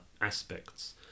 aspects